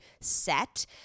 set